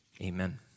amen